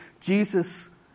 Jesus